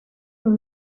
dans